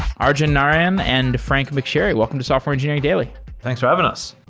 arjun narayan and frank mcsherry, welcome to software engineering daily thanks for having us.